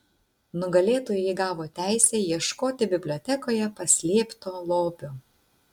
nugalėtojai gavo teisę ieškoti bibliotekoje paslėpto lobio